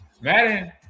Madden